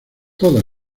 toda